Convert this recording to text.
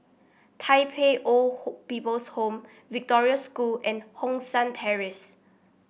Tai Pei Old People's Home Victoria School and Hong San Terrace